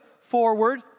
forward